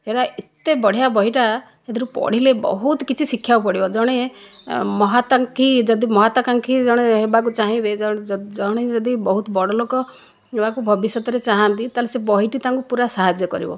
ସେଇଟା ଏତେ ବଢ଼ିଆ ବହିଟା ହେଥିରୁ ପଢ଼ିଲେ ବହୁତ କିଛି ଶିଖିବାକୁ ପଡ଼ିବ ଜଣେ ମହତାଂକ୍ଷି ଯଦି ମହତ ଆଂକାକ୍ଷି ଜଣେ ହେବାକୁ ଚାହିଁବେ ଜଣେ ଯଦି ବହୁତ ବଡ଼ ଲୋକ ହେବାକୁ ଭବିଷ୍ୟତରେ ଚାହାଁନ୍ତି ତା'ହେଲେ ସେ ବହିଟି ତାଙ୍କୁ ପୁରା ସାହାଯ୍ୟ କରିବ